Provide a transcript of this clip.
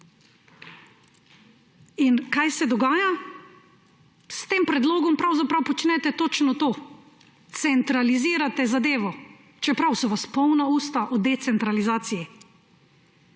In kaj se dogaja? S tem predlogom pravzaprav počnete točno to, centralizirate zadevo, čeprav so vas polna usta o decentralizaciji.